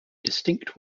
distinct